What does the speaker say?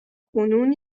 کنون